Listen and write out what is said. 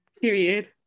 period